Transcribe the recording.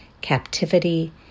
captivity